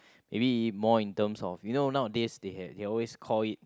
maybe more in terms of you know nowadays they had they always call it